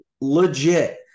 legit